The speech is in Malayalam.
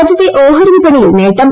രാജ്യത്തെ ഓഹരിവിപണിയിൽ നേട്ടം